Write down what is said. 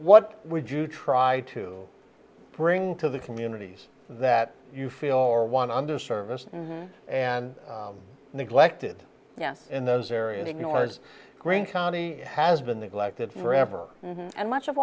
what would you try to bring to the communities that you feel or one under service and and neglected in those areas ignored green county has been neglected forever and much of